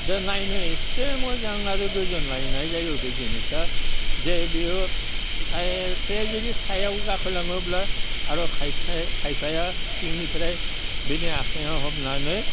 दा नायनो एसे मोजां आरो गोजोनलायनाय जायो बे जिनिसा जे बियो साय एसे जुदि सायाव गाखोलाङोब्ला आरो खायफाया सिंनिफ्राय बिनि आखाइआव हमनानै